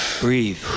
breathe